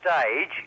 stage